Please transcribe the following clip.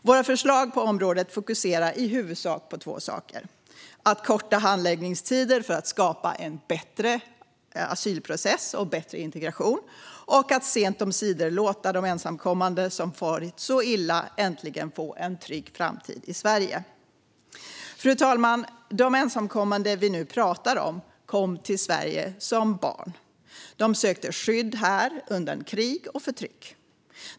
Våra förslag på området fokuserar i huvudsak på två saker: att korta handläggningstider för att skapa en bättre asylprocess och bättre integration och att sent omsider låta de ensamkommande som farit så illa äntligen få en trygg framtid i Sverige. Fru talman! De ensamkommande vi nu talar om kom till Sverige som barn. De sökte skydd här undan krig och förtryck.